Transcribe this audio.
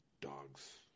dogs